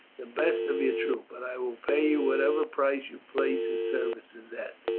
the best of your troop, but i will pay you whatever price you place his services at.